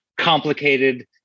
complicated